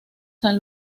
san